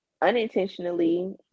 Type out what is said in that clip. Unintentionally